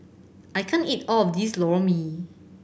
I can't eat all of this Lor Mee